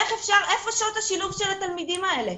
איך אפשר, איפה שעות השילוב של התלמידים האלה?